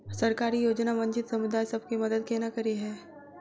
सरकारी योजना वंचित समुदाय सब केँ मदद केना करे है?